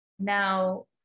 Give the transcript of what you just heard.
now